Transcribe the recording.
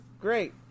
great